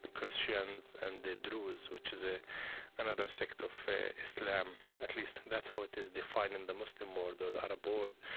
christians and the druze, which is ah another sect of islam at least that's how it is defined in the muslim world or the arab world.